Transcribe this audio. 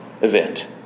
event